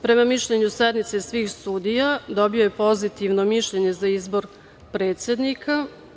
Prema mišljenju sednice svih sudija dobio je pozitivno mišljenje za izbor predsednika.